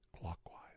clockwise